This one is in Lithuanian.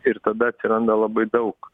ir tada atsiranda labai daug